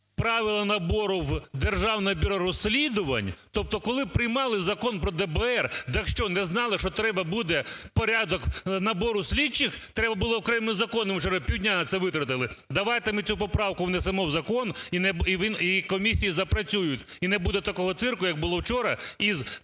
правила набору в Державне бюро розслідувань, тобто коли приймали Закон про ДБР, так що, не знали, що треба буде порядок набору слідчих? Треба було окремий закон, ми вчора півдня на це витратили. Давайте ми цю поправку внесемо в закон, і комісії запрацюють. І не буде такого "цирку", як було вчора із